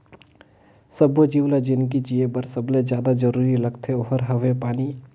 सब्बो जीव ल जिनगी जिए बर सबले जादा जरूरी लागथे ओहार हवे पानी